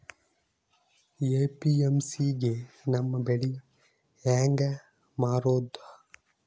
APMC ಗೆ ನಮ್ಮ ಬೆಳಿ ಹೆಂಗ ಮಾರೊದ?